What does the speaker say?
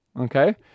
Okay